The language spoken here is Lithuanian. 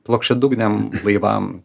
plokščiadugniam laivam